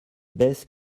baisses